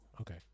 Okay